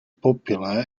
popular